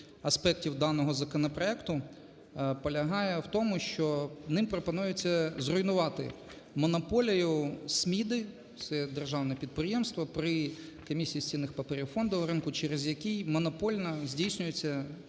аспектів даного законопроекту полягає в тому, що ним пропонується зруйнувати монополію SMIDA, це державне підприємство при комісії з цінних паперів, фондового ринку, через який монопольно здійснюється